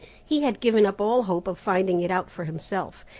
he had given up all hope of finding it out for himself,